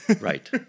Right